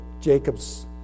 Jacob's